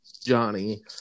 Johnny